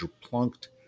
plunked